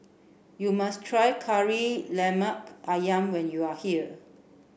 you must try Kari Lemak Ayam when you are here